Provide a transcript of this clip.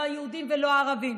לא היהודים ולא הערבים,